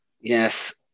Yes